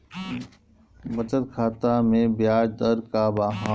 बचत खाता मे ब्याज दर का बा?